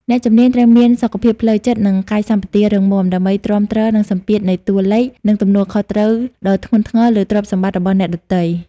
អ្នកជំនាញត្រូវមានសុខភាពផ្លូវចិត្ត និងកាយសម្បទារឹងមាំ ដើម្បីទ្រាំទ្រនឹងសម្ពាធនៃតួលេខ និងទំនួលខុសត្រូវដ៏ធ្ងន់ធ្ងរលើទ្រព្យសម្បត្តិរបស់អ្នកដទៃ។